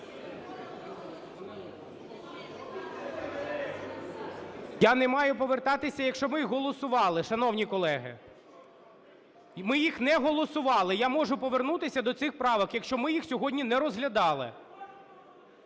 Я не маю повертатися, якщо ми їх голосували, шановні колеги! Ми їх не голосували. Я можу повернутися до цих правок, якщо ми їх сьогодні не розглядали.